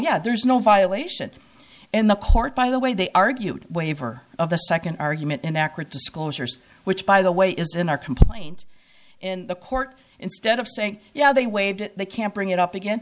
yeah there's no violation in the court by the way they argued waiver of the second argument inaccurate disclosures which by the way is in our complaint in the court instead of saying yeah they waived the can't bring it up again